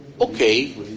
okay